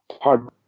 Hard